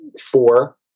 four